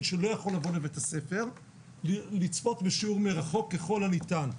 שלא יכול לבוא לבית הספר לצפות בשיעור מרחוק ככל הניתן.